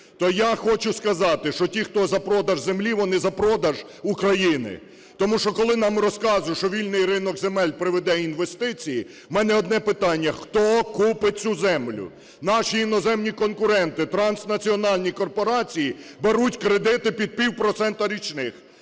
То я хочу сказати, що ті, хто за продаж землі, вони за продаж України. Тому що, коли нам розказують, що вільний ринок земель приведе інвестиції, у мене одне питання: хто купить цю землю? Наші іноземні конкуренти, транснаціональні корпорації беруть кредити під півпроцента річних,